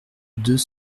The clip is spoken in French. deux